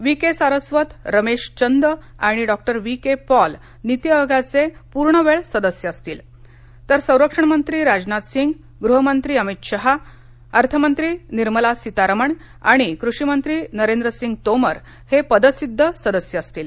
we K Saraswat Ramesh Chand आणि डॉ V K Paul नीती आयोगाचे पूर्णवेळ सदस्य असतील तर सरक्षणमंत्री राजनाथ सिंग गृह मंत्री अमित शहाअर्थमंत्री निर्मला सीतारमण आणि कृषिमंत्री नरेंद्रसिंग तोमर हे पदसिद्ध सदस्य असतील